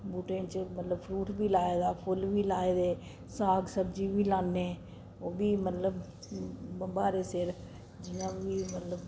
बूह्टें च मतलब फ्रूट बी लाए दा फुल्ल बी लाए दे साग सब्जी बी लान्ने ओह् बी मतलब ब्हारै सेर जि'यां बी मतलब